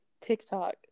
TikTok